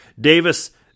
Davis